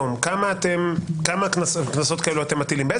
כמה קנסות כאלו אתם מטילים לפי הקנס הנוכחי של היום?